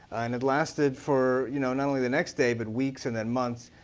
and it lasted for you know not only the next day, but weeks and then months.